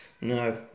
No